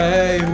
Hey